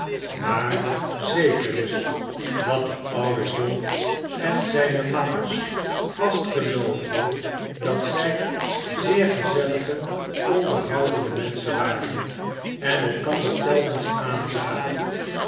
maar zeker is het dat de oude john en zijne makkers vast geloofden dat zij zeer gezellige onderhoudende menschen waren en elkander telkens aanzagen